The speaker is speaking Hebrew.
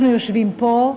אנחנו יושבים פה,